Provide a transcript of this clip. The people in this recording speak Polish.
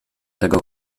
tego